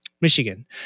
Michigan